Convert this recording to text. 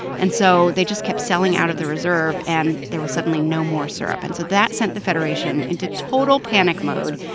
and so they just kept selling out of the reserve, and there was suddenly no more syrup. and so that sent the federation into total panic mode,